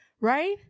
right